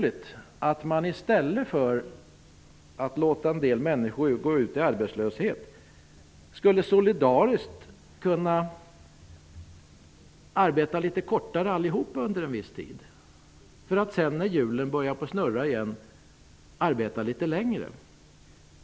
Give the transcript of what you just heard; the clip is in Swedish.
I stället för att låta en del människor gå ut i arbetslöshet borde det vara ganska naturligt för alla att solidariskt minska sin arbetstid under en viss tid för att sedan, när hjulen åter börjar snurra, arbeta litet mer.